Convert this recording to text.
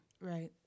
Right